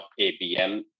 ABM